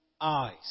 eyes